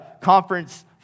conference